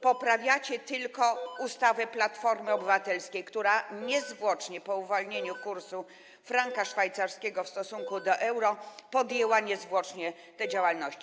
Poprawiacie tylko ustawę Platformy Obywatelskiej, która niezwłocznie po uwolnieniu kursu franka szwajcarskiego w stosunku do euro podjęła tę działalność.